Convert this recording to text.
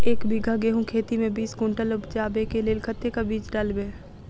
एक बीघा गेंहूँ खेती मे बीस कुनटल उपजाबै केँ लेल कतेक बीज डालबै?